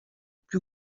plus